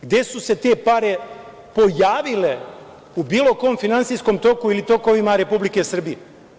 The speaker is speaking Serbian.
Gde su se te pare pojavile u bilo kom finansijskom toku ili tokovima Republike Srbije?